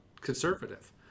conservative